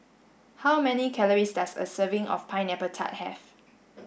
how many calories does a serving of pineapple tart have